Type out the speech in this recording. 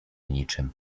niczym